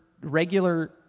regular